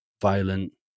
Violent